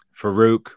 Farouk